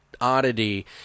oddity